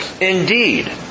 Indeed